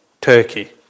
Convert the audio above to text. Turkey